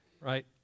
right